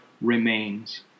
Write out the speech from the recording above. remains